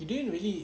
you didn't really